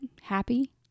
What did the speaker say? happy